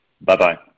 Bye-bye